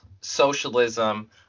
socialism